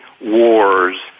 wars